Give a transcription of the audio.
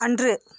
அன்று